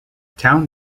town